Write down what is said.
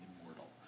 immortal